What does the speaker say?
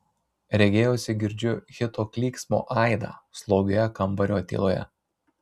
regėjosi girdžiu hito klyksmo aidą slogioje kambario tyloje